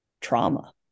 trauma